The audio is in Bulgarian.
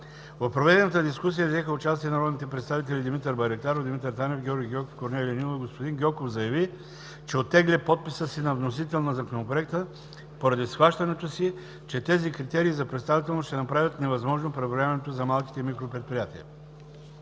В проведената дискусия взеха участие народните представители Димитър Байрактаров, Димитър Танев, Георги Гьоков и Корнелия Нинова. Господин Гьоков заяви, че оттегля подписа си на вносител на Законопроекта, поради схващането си, че тези критерии за представителност ще направят невъзможно преброяването за малките и микропредприятията.